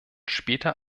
später